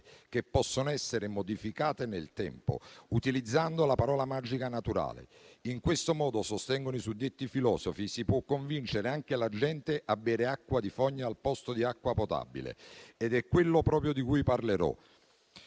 che possono essere modificate nel tempo, utilizzando la parola magica «naturale». In questo modo, sostengono i suddetti filosofi, si può convincere la gente a bere anche acqua di fogna al posto di acqua potabile, ed è proprio ciò di cui parlerò,